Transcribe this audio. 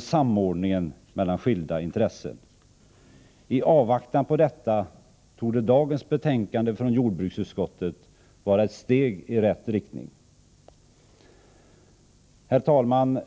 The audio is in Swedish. samordningen av skilda intressen. I avvaktan på detta torde dagens betänkande från jordbruksutskottet vara ett steg i rätt riktning. Herr talman!